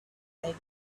and